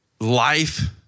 life